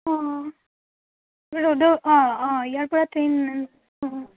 অঁ ৰ'দৰ অঁ অঁ ইয়াৰ পৰা ট্ৰেইন অঁ